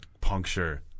puncture